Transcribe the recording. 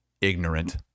ignorant